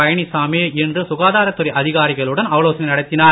பழனிச்சாமி இன்று சுகாதாரத்துறை அதிகாரிகளுடன் ஆலோசனை நடத்தினார்